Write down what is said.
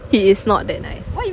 he is not that nice